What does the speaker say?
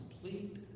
complete